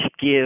give